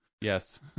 Yes